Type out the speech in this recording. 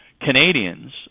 Canadians